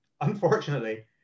unfortunately